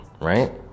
right